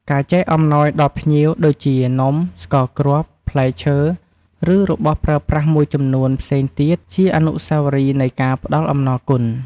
ការចែកអំណោយដល់ភ្ញៀវដូចជានំ ស្ករគ្រាប់ ផ្លែឈើ ឬរបស់ប្រើប្រាស់មួយចំនួនផ្សេងទៀត ជាអនុស្សាវរីយ៍នៃការផ្តល់អំណរគុណ។